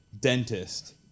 dentist